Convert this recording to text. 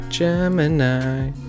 gemini